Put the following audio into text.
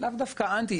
לאו דווקא אנטי,